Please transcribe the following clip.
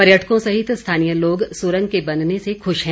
पर्यटकों सहित स्थानीय लोग सुरंग के बनने से खूश हैं